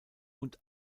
und